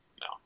No